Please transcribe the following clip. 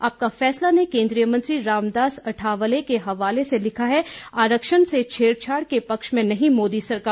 आपका फैसला ने केंद्रीय मंत्री रामदास अठावले के हवाले से लिखा है आरक्षण से छेड़छाड़ के पक्ष में नहीं मोदी सरकार